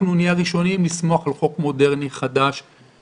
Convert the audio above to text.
אנחנו נהיה הראשונים לסמוך על חוק מודרני חדש,